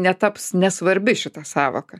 netaps nesvarbi šita sąvoka